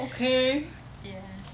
okay